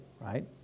right